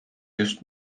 just